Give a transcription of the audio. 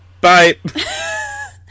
Bye